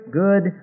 good